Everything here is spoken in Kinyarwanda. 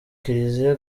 kiliziya